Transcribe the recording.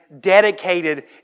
dedicated